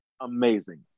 amazing